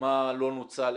מה לא נוצל,